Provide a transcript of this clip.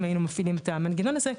אם היינו מפעילים את המנגנון הזה,